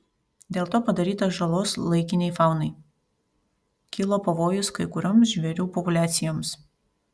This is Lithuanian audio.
dėl to padaryta žalos laikinei faunai kilo pavojus kai kurioms žvėrių populiacijoms